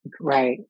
Right